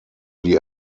die